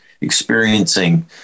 experiencing